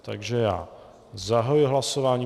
Takže zahajuji hlasování.